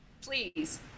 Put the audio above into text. please